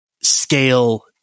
scale